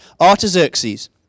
Artaxerxes